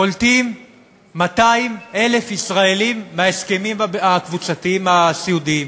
פולטים 200,000 ישראלים מההסכמים הקבוצתיים הסיעודיים.